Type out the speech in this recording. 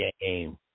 game